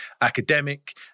academic